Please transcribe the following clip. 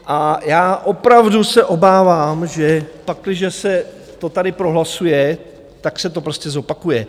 A já opravdu se obávám, že pakliže se to tady prohlasuje, tak se to prostě zopakuje.